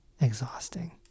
Exhausting